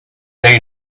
they